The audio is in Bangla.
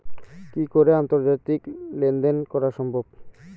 কি করে আন্তর্জাতিক লেনদেন করা সম্ভব?